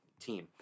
team